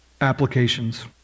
applications